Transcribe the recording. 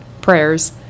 prayers